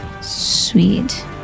Sweet